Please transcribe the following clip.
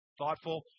thoughtful